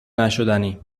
نشدنی